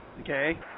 okay